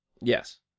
Yes